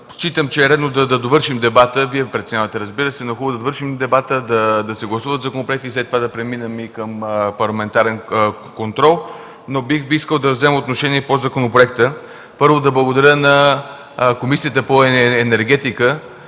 Считам, че е редно да довършим дебата – Вие преценявате, разбира се, да се гласуват законопроектите и след това да преминем към парламентарен контрол. Бих искал да взема отношение по законопроекта. Първо да благодаря на Комисията по енергетика